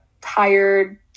tired